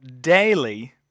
daily